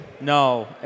No